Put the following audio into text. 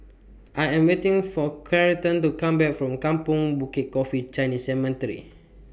I Am waiting For Charlton to Come Back from Kampong Bukit Coffee Chinese Cemetery